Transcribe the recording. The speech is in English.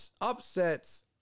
upsets